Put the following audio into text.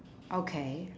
okay